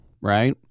right